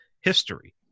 history